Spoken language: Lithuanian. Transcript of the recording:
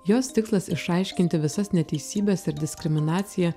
jos tikslas išaiškinti visas neteisybes ir diskriminaciją